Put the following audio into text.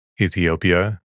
Ethiopia